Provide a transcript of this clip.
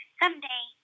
someday